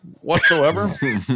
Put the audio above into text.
whatsoever